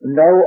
no